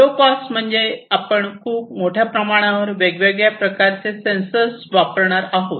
low cost म्हणजे आपण खूप मोठ्या प्रमाणावर वेगवेगळ्या प्रकारचे सेन्सर्स वापरणार आहोत